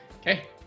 Okay